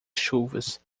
chuvas